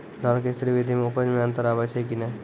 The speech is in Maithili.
धान के स्री विधि मे उपज मे अन्तर आबै छै कि नैय?